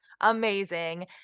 amazing